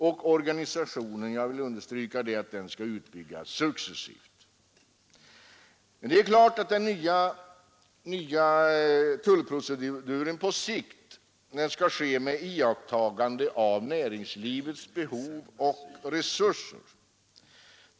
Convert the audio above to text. Och jag vill understryka att organisationen skall utvidgas successivt. Det är klart att den nya tullproceduren på sikt skall tillämpas med iakttagande av näringslivets behov och resurser.